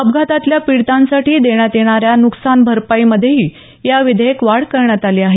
अपघातातल्या पीडितांसाठी देण्यात येणाऱ्या नुकसान भरपाईमध्येही या विधेयकात वाढ करण्यात आली आहे